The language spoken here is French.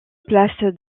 place